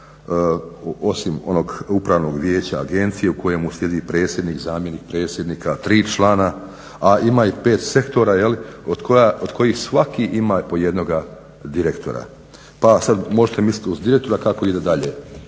onog Upravnog vijeća agencije u kojemu sjedi predsjednik, zamjenik predsjednika, 3 člana a ima i 5 sektora je li od kojih svaki ima po jednoga direktora. Pa sad možete misliti uz direktora kako ide dalje